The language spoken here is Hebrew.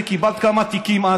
וקיבלת כמה תיקים אז,